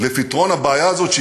לפתרון הבעיה הזאת,